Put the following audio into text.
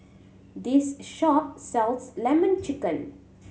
this shop sells Lemon Chicken